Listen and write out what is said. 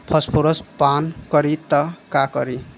Phosphorus पान करी त का करी?